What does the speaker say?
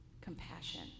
Compassion